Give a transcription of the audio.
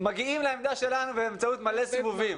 מגיעים לעמדה שלנו באמצעות מלא סיבובים.